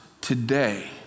today